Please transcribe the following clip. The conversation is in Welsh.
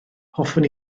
hoffwn